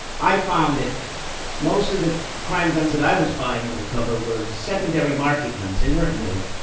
i found that most of the crime guns that i was buying undercover were secondary market guns. they weren't new.